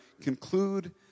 conclude